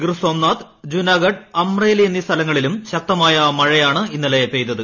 ഗിർസോംനാഥ് ജുനാഗഥ് അമ്രേലി എന്നീ സ്ഥലങ്ങളിലും ശക്തമായ മഴയാണ് ഇന്നലെ പെയ്തത്